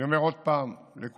אני אומר עוד פעם לכולם,